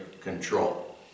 control